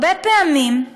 הרבה פעמים,